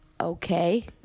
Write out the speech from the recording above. Okay